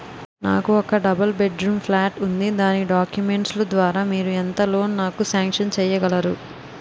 నాకు ఒక double bedroom flat ఉంది దాని డాక్యుమెంట్స్ లు ద్వారా మీరు ఎంత లోన్ నాకు సాంక్షన్ చేయగలరు?